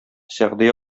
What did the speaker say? сәгъди